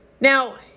Now